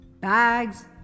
bags